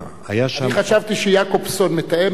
אני חשבתי שיעקובזון מתאם ביניכם.